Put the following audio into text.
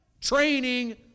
Training